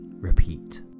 repeat